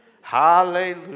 Hallelujah